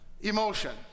Emotion